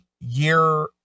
year